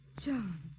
John